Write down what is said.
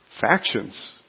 factions